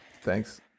Thanks